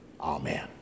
Amen